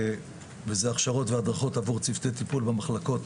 וזה הכשרות והדרכות עבור צוותי טיפול במחלקות